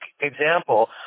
example